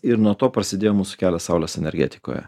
ir nuo to prasidėjo mūsų kelias saulės energetikoje